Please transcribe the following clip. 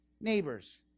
neighbors